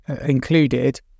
included